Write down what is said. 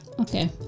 Okay